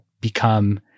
become